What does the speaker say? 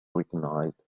reorganized